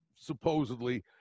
supposedly